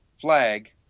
Flag